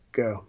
go